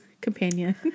companion